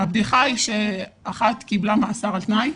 הבדיחה היא שאחת קיבלה מאסר על תנאי.